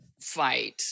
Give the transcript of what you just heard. fight